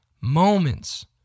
moments